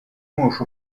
можешь